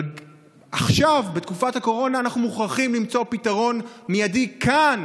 אבל עכשיו בתקופת הקורונה אנחנו מוכרחים למצוא פתרון מיידי כאן,